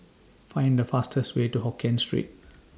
Find The fastest Way to Hokien Street